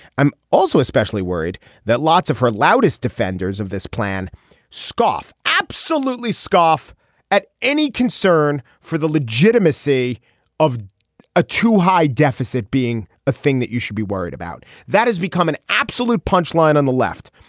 i'm also especially worried that lots of her loudest defenders of this plan scoff absolutely scoff at any concern for the legitimacy of a too high deficit being a thing that you should be worried about that has become an absolute punch line on the left.